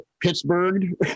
Pittsburgh